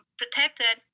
protected